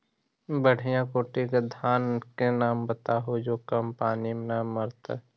बढ़िया कोटि के धान के नाम बताहु जो कम पानी में न मरतइ?